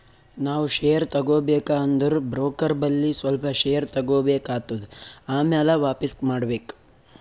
ನಾವ್ ಶೇರ್ ತಗೋಬೇಕ ಅಂದುರ್ ಬ್ರೋಕರ್ ಬಲ್ಲಿ ಸ್ವಲ್ಪ ಶೇರ್ ತಗೋಬೇಕ್ ಆತ್ತುದ್ ಆಮ್ಯಾಲ ವಾಪಿಸ್ ಮಾಡ್ಬೇಕ್